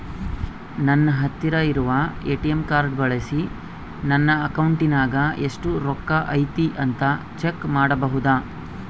ನನ್ನ ಹತ್ತಿರ ಇರುವ ಎ.ಟಿ.ಎಂ ಕಾರ್ಡ್ ಬಳಿಸಿ ನನ್ನ ಅಕೌಂಟಿನಾಗ ಎಷ್ಟು ರೊಕ್ಕ ಐತಿ ಅಂತಾ ಚೆಕ್ ಮಾಡಬಹುದಾ?